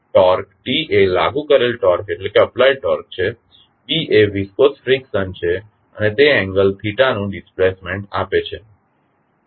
torque T એ લાગુ કરેલ ટોર્ક છે B એ વીસ્કોસ ફ્રીકશન છે અને તે એન્ગલ નું ડિસ્પ્લેસ્મેન્ટ આપે છે